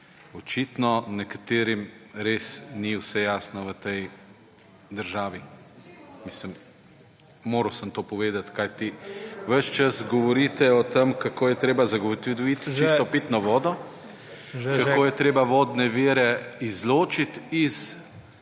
Očitno nekaterim res ni vse jasno v tej državi. Moral sem to povedati, kajti ves čas govorite o tem, kako je treba zagotoviti čisto pitno vodo, kako je treba vodne vire izločiti iz